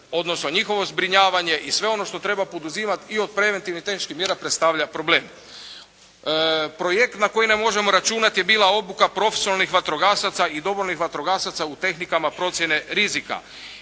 odnosno njihovo zbrinjavanje i sve ono što treba poduzimati i od preventivnih tehničkih mjera predstavlja problem. Projekt na koji ne možemo računati je bila obuka profesionalnih vatrogasaca i dobrovoljnih vatrogasaca u tehnikama procjene rizika